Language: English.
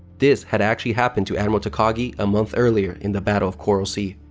this had actually happened to admiral takagi a month earlier in the battle of coral sea.